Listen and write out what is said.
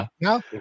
no